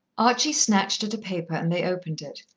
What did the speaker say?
archie snatched at a paper, and they opened it.